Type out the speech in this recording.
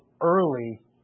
early